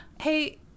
Hey